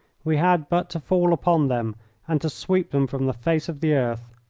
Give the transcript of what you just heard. we had but to fall upon them and to sweep them from the face of the earth.